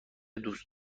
دوست